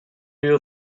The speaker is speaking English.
you